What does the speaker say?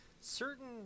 certain